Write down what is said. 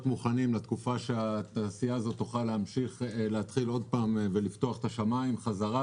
מוכנים לתקופה שהתעשייה הזאת תוכל להתחיל שוב לפתוח את השמים שוב.